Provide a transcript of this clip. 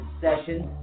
Sessions